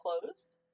closed